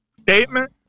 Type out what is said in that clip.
statement